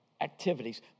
activities